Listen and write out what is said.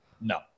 No